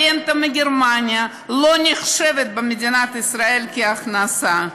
הרנטה מגרמניה לא נחשבת במדינת ישראל כהכנסה.